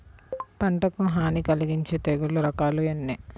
పంటకు హాని కలిగించే తెగుళ్ల రకాలు ఎన్ని?